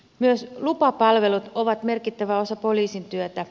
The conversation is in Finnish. myös lupapalvelut ovat merkittävä osa poliisin työtä